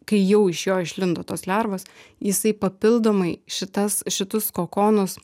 kai jau iš jo išlindo tos lervos jisai papildomai šitas šitus kokonus